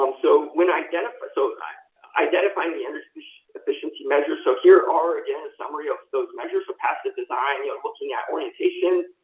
um so, when identifying so identifying the energy efficiency measures. so, here are, again, a summary of those measures. so, passive design, yeah looking at orientation,